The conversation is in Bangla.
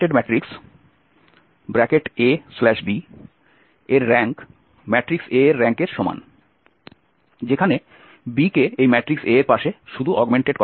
b এর র্র্যাংক ম্যাট্রিক্স A এর র্যাঙ্কের সমান যেখানে b কে এই ম্যাট্রিক্স A এর পাশে শুধু অগমেন্টেড করা হয়েছে